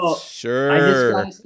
Sure